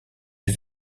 les